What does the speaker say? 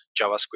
JavaScript